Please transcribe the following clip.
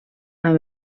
amb